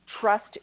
trust